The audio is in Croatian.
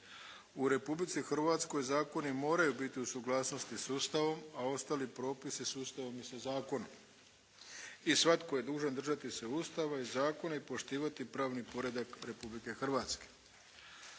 "U Republici Hrvatskoj zakoni moraju biti u suglasnosti sa Ustavom, a ostali propisi sa Ustavom i sa zakonom. I svatko je dužan držati se Ustava i zakona i poštivati pravni poredak Republike Hrvatske."